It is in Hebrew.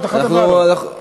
זאת אחת הוועדות.